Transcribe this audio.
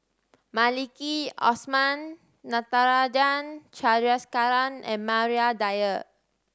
Maliki Osman Natarajan Chandrasekaran and Maria Dyer